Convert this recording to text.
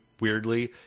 Weirdly